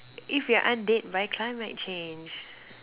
if we aren't dead by climate change